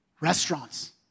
Restaurants